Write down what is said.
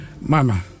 Mama